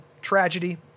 tragedy